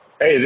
Hey